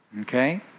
Okay